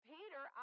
Peter